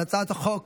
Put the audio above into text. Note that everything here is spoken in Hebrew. להצעת החוק